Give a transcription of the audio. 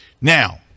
now